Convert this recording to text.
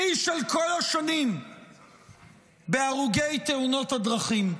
שיא של כל השנים בהרוגי תאונות הדרכים.